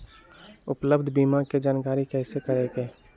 उपलब्ध बीमा के जानकारी कैसे करेगे?